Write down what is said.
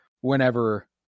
whenever